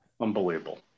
unbelievable